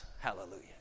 Hallelujah